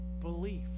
belief